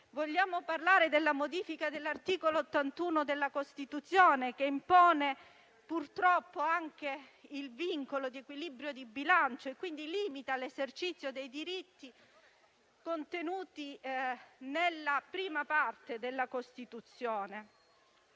Vogliamo parlare poi della modifica dell'articolo 81 della Costituzione, che impone, purtroppo, il vincolo di equilibrio di bilancio, limitando quindi l'esercizio dei diritti contenuti nella prima parte della Costituzione?